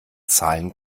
zahlen